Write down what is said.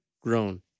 Grown